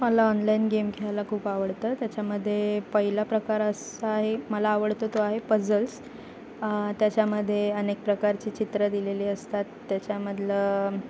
मला online game खेळायला खूप आवडतं त्याच्यामध्ये पहिला प्रकार असा हे मला आवडतो तो आहे पजल्स त्याच्यामध्ये अनेक प्रकारची चित्र दिलेली असतात त्याच्यामधलं